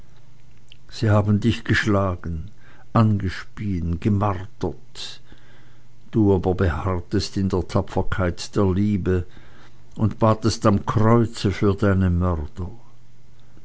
sie haben dich geschlagen angespieen gemartert du aber beharrtest in der tapferkeit der liebe und batest am kreuze für deine mörder